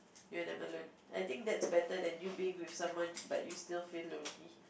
be alone I think that's better than you being with someone but you still feel lonely